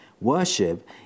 Worship